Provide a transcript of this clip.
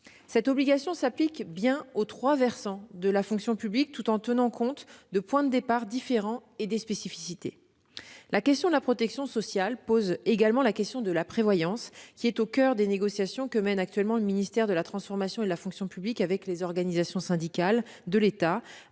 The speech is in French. Cette obligation s'applique bien aux trois versants de la fonction publique, tout en tenant compte des points de départ différents et des spécificités. La question de la protection sociale pose également celle de la prévoyance, qui est au coeur des négociations que mène actuellement le ministère de la transformation et de la fonction publiques avec les organisations syndicales. Celles-ci